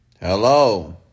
Hello